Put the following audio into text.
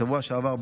בשבוע שעבר,